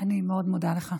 אני מאוד מודה לך.